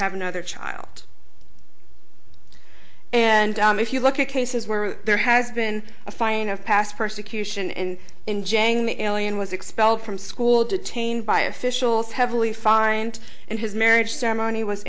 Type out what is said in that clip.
have another child and if you look at cases where there has been a finding of past persecution and in jang the alien was expelled from school detained by officials heavily fined and his marriage ceremony was